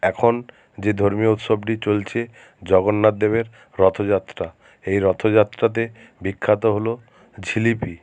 এখন যে ধর্মীয় উৎসবটি চলছে জগন্নাথদেবের রথযাত্রা এই রথযাত্রাতে বিখ্যাত হল জিলিপি